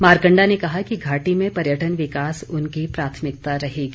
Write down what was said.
मारकंडा ने कहा कि घाटी में पर्यटन विकास उनकी प्राथमिकता रहेगी